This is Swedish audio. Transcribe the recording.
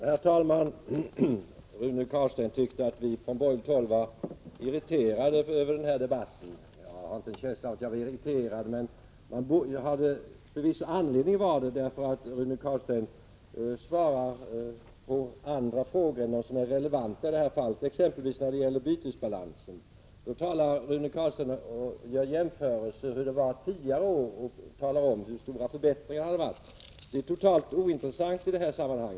Herr talman! Rune Carlstein tyckte att vi från borgerligt håll var irriterade över den här debatten. Jag har inte någon känsla av att vara irriterad, men jag har förvisso anledning att vara det, för Rune Carlstein svarar på andra frågor än de som är relevanta i detta fall. När det t.ex. gäller bytesbalansen gör Rune Carlstein en jämförelse med tidigare år och talar om hur stora förbättringarna blivit. Det är totalt ointressant i detta sammanhang.